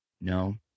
no